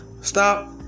stop